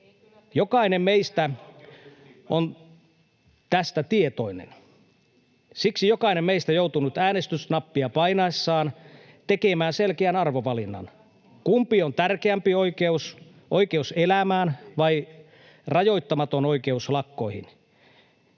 Jokainen meistä on tästä tietoinen. Siksi jokainen meistä joutuu nyt äänestysnappia painaessaan tekemään selkeän arvovalinnan, kumpi on tärkeämpi oikeus: oikeus elämään vai rajoittamaton oikeus lakkoihin.